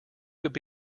could